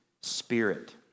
spirit